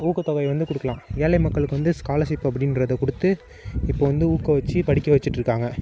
ஊக்கத்தொகை வந்து கொடுக்கலாம் ஏழை மக்களுக்கு வந்து ஸ்காலர்ஷிப் அப்படின்றது கொடுத்து இப்போ வந்து ஊக்க வெச்சு படிக்க வெச்சிட்டிருக்காங்க